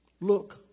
Look